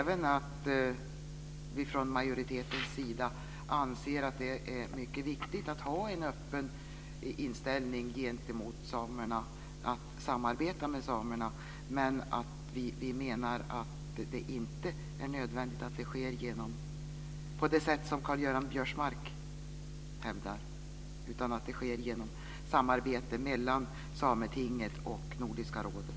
Vi anser från majoritetens sida även att det är mycket viktigt att ha en öppen inställning till att samarbeta med samerna, men vi menar inte att det är nödvändigt att det sker på det sätt som Karl-Göran Biörsmark hävdar utan att det kan ske i samarbete mellan Sametinget och Nordiska rådet.